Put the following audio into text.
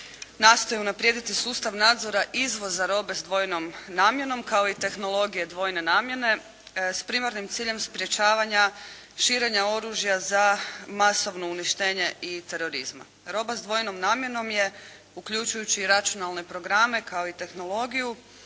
nastoji unaprijediti sustav nadzora izvoza robe s dvojnom namjenom kao i tehnologije dvojne namjene s primarnim ciljem sprječavanja širenja oružja za masovno uništenje i terorizma. Roba s dvojnom namjenom je uključujući i računalne programe kao i tehnologiju,